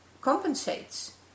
compensates